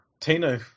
Tino